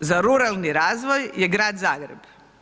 za ruralni razvoj je Grad Zagreb.